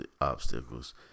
obstacles